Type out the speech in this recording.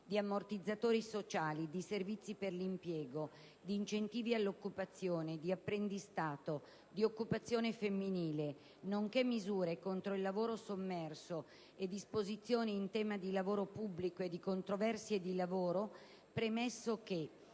di ammortizzatori sociali, di servizi per l'impiego, di incentivi all'occupazione, di apprendistato, di occupazione femminile, nonché misure contro il lavoro sommerso e disposizioni in tema di lavoro pubblico e di controversie di lavoro", premesso che